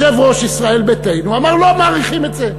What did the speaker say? שיושב-ראש ישראל ביתנו אמר: לא מאריכים את זה.